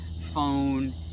phone